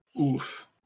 Oof